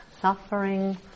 Suffering